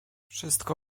wszystko